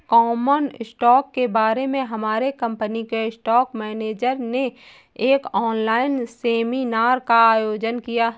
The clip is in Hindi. कॉमन स्टॉक के बारे में हमारे कंपनी के स्टॉक मेनेजर ने एक ऑनलाइन सेमीनार का आयोजन किया